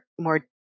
more